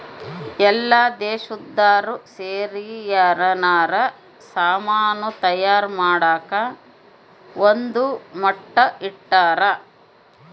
ಎಲ್ಲ ದೇಶ್ದೊರ್ ಸೇರಿ ಯೆನಾರ ಸಾಮನ್ ತಯಾರ್ ಮಾಡಕ ಒಂದ್ ಮಟ್ಟ ಇಟ್ಟರ